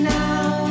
now